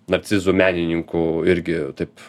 narcizu menininku irgi taip